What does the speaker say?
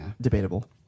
Debatable